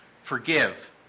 forgive